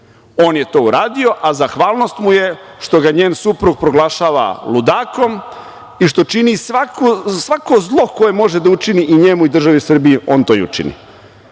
je to uradio, a zahvalnost mu je što ga, njen suprug proglašava ludakom i što čini svako zlo koje može da učini i njemu i državi Srbiji, on to i učini. Da